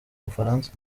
bufaransa